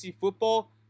football